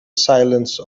silence